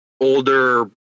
older